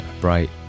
bright